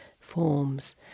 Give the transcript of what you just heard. forms